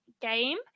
game